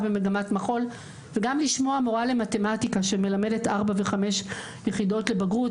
במגמת מחול וגם לשמוע מורה למתמטיקה שמלמדת ארבע וחמש יחידות לבגרות,